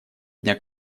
дня